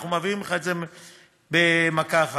אנחנו מעבירים לך את זה במכה אחת.